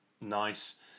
Nice